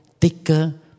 thicker